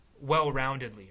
well-roundedly